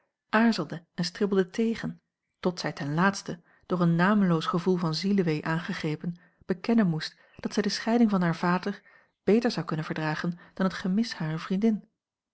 aarzelde en stribbelde tegen tot zij ten laatste door een nameloos gevoel van zielewee aangegrepen bekennen moest dat zij de scheiding van haar vader beter zou kunnen dragen dan het gemis harer vriendin